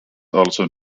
also